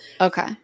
Okay